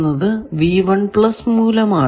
എന്നത് മൂലമാണ്